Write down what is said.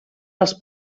dels